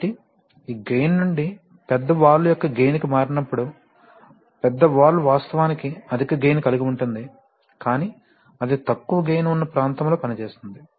కాబట్టి ఈ గెయిన్ నుండి పెద్ద వాల్వ్ యొక్క గెయిన్ కి మారినప్పుడు పెద్ద వాల్వ్ వాస్తవానికి అధిక గెయిన్ కలిగి ఉంటుంది కానీ అది తక్కువ గెయిన్ ఉన్న ప్రాంతంలో పనిచేస్తోంది